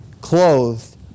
clothed